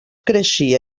creixia